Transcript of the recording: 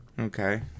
Okay